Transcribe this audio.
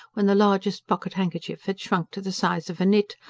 when the largest pocket-handkerchief had shrunk to the size of a nit,